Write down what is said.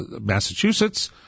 Massachusetts